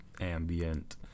ambient